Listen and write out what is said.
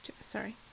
Sorry